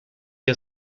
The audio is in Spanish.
que